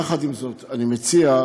יחד עם זאת אני מציע,